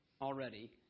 already